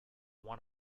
one